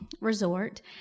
resort